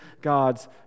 God's